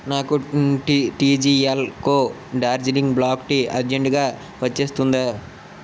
నాకు tea TG L Co Darjeeling black tea అర్జెంటుగా వచ్చేస్తుందా